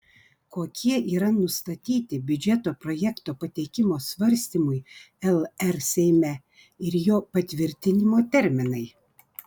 kokie yra nustatyti biudžeto projekto pateikimo svarstymui lr seime ir jo patvirtinimo terminai